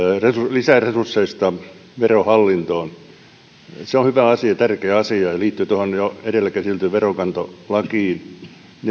lisäresursseista verohallintoon se on hyvä asia tärkeä asia ja liittyy jo edellä käsiteltyyn veronkantolakiin